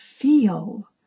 feel